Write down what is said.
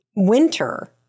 winter